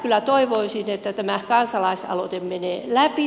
kyllä toivoisin että tämä kansalaisaloite menee läpi